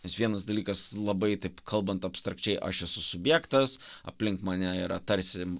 nes vienas dalykas labai taip kalbant abstrakčiai aš esu subjektas aplink mane yra tarsi